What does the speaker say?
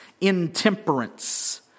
intemperance